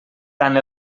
tant